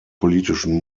politischen